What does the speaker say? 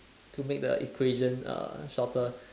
to make the equation uh shorter